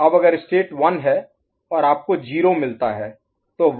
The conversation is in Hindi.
अब अगर स्टेट 1 है और आपको 0 मिलता है